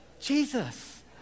Jesus